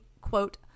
quote